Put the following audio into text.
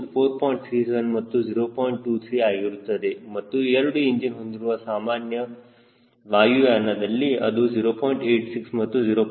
23 ಆಗಿರುತ್ತದೆ ಮತ್ತು ಎರಡು ಇಂಜಿನ್ ಹೊಂದಿರುವ ಸಾಮಾನ್ಯ ವಾಯುಯಾನದಲ್ಲಿ ಅದು 0